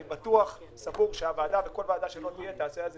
אני סבור שכל ועדה שלא תהיה תעשה על זה